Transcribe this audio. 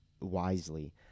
wisely